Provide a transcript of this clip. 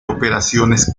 operaciones